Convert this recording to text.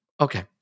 Okay